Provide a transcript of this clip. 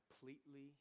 completely